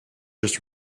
just